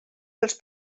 dels